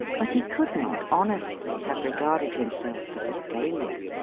but he could not honestly have re garded himself as a failure.